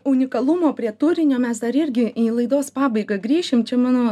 unikalumo prie turinio mes dar irgi į laidos pabaigą grįšim čia mano